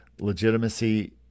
Legitimacy